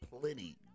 plenty